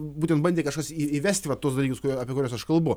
būtent bandė kažkas į įvesti va tuos dalykus apie kuriuos aš kalbu